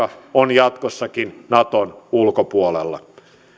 on jatkossakin naton ulkopuolella